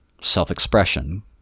self-expression